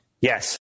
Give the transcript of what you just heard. Yes